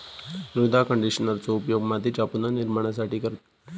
मृदा कंडिशनरचो उपयोग मातीच्या पुनर्निर्माणासाठी करतत